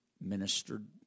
ministered